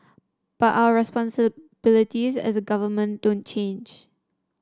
but our responsibilities as a government don't change